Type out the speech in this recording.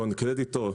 קרדיטור.